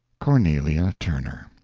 cornelia turner.